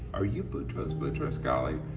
are you boutros boutros-ghali.